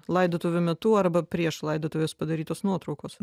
laidotuvių metu arba prieš laidotuves padarytos nuotraukos